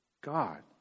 God